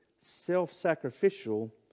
self-sacrificial